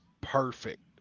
perfect